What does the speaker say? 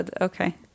Okay